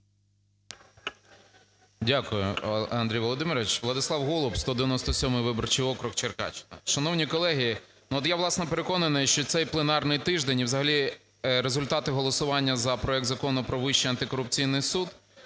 Дякую, Андрій Володимирович. Владислав Голуб, 197-й виборчий округ, Черкащина. Шановні колеги, я, власне, переконаний, що цей пленарний тиждень, і взагалі результати голосування за проект Закону про Вищий антикорупційний суд,